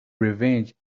revenge